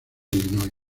illinois